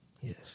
Yes